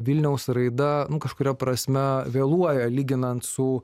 vilniaus raida kažkuria prasme vėluoja lyginant su